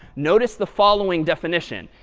notice the following definition.